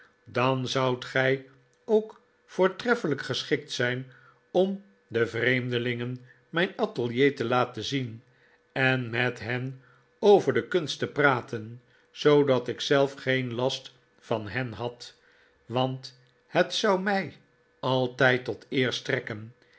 dan zoudt gij ook voortreffelijk geschikt zijn om de vreemdelingen mijn atelier te laten zien en met hen over de kunst te praten zoodat ik zelf geen last van hen had want het zou mij altijd tot eer strekken